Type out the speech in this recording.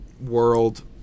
world